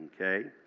Okay